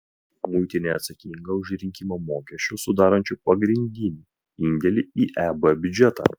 muitinė atsakinga už rinkimą mokesčių sudarančių pagrindinį indėlį į eb biudžetą